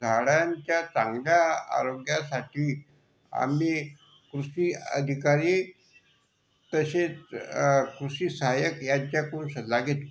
झाडांच्या चांगल्या आरोग्यासाठी आम्ही कृषी अधिकारी तसेच कृषी सहाय्यक यांच्याकडून सल्ला घेतो